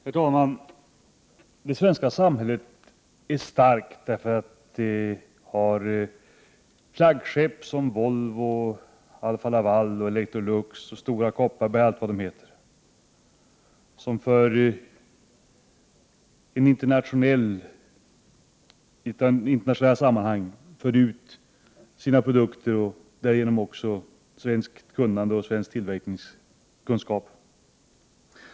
Herr talman! Det svenska samhället är starkt, därför att det har flaggskepp — 1 juni 1989 såsom Volvo, Alfa Laval, Electrolux och Stora Kopparberg, vilka i internationella sammanhang för ut sina produkter och därigenom också svenskt tillverkningskunnande.